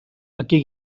aquí